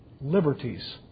Liberties